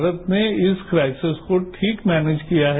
भारत ने इस क्राइसेस को ठीक से मैनेज किया है